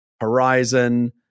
Horizon